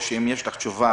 או לענות אם יש לך תשובה,